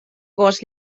gos